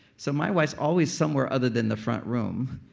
so my wife's always somewhere other than the front room.